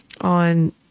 on